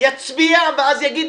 יצביע ואז יגיד,